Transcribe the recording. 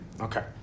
Okay